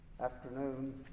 afternoon